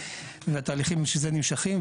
והתהליכים של זה נמשים.